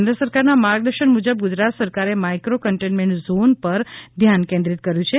કેન્દ્ર સરકારના માર્ગદર્શન મુજબ ગુજરાત સરકારે માઈક્રો કન્ટેનમેન્ટ ઝોન પર ધ્યાન કેંદ્રીત કર્યું છે